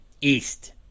East